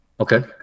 okay